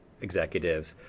executives